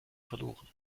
verloren